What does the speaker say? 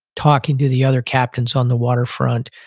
talking to the other captains on the waterfront,